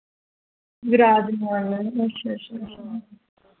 विराजमान न अच्छा अच्छा अच्छा